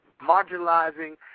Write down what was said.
marginalizing